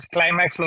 Climax